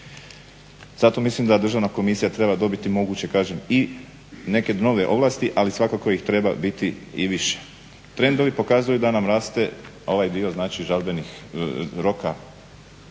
Zato mislim da Državna komisija treba dobiti moguće kažem i neke nove ovlasti, ali svakako ih treba biti i više. Trendovi pokazuju da nam raste ovaj dio znači žalbenih roka